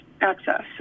access